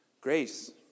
grace